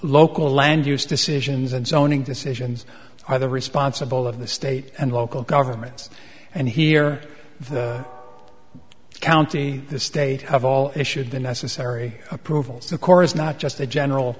local land use decisions and zoning decisions are the responsible of the state and local governments and here county the state of all issued the necessary approvals of course not just a general